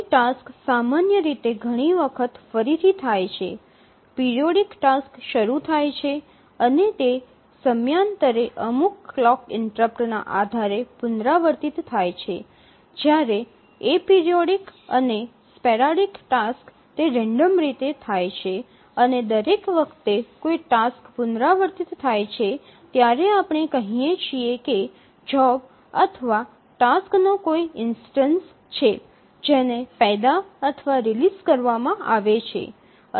કોઈ ટાસ્ક સામાન્ય રીતે ઘણી વખત ફરીથી થાય છે પિરિયોડિક ટાસક્સ શરૂ થાય છે અને તે સમયાંતરે અમુક ક્લોક ઇન્ટરપ્ટ ના આધારે પુનરાવર્તિત થાય છે જ્યારે એપરિઓઇડિક અને સ્પેરાડિક ટાસક્સ તે રેન્ડમ રીતે થાય છે અને દરેક વખતે જ્યારે કોઈ ટાસ્ક પુનરાવર્તિત થાય છે ત્યારે આપણે કહીએ છીએ કે જોબ અથવા ટાસ્કનો કોઈ ઇન્સ્ટનસ છે જેને પેદા અથવા રિલીઝ કરવામાં આવેલ છે